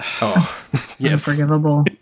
Unforgivable